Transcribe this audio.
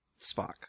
Spock